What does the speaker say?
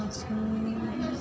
अजून